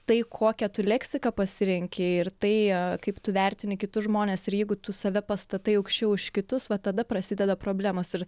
tai kokią tu leksiką pasirenki ir tai kaip tu vertini kitus žmones ir jeigu tu save pastatai aukščiau už kitus va tada prasideda problemos ir